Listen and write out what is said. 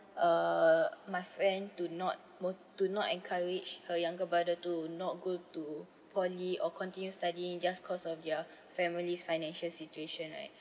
uh my friend to not work to not encourage her younger to not go to poly or continue studying just cause of your family's financial situation right